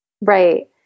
Right